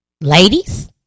Ladies